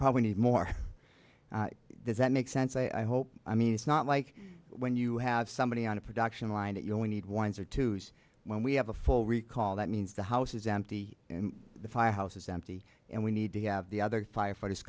probably need more does that make sense i hope i mean it's not like when you have somebody on a production line that you know we need winds or twos when we have a full recall that means the house is empty and the firehouse is empty and we need to have the other firefighters